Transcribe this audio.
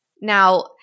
Now